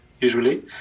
usually